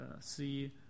see